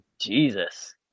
Jesus